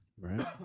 Right